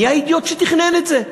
מי האידיוט שתכנן את זה?